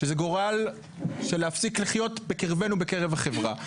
שזה גורל של להפסיק לחיות בקרבנו, בקרב החברה.